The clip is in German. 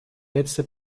letzte